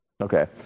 Okay